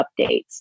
updates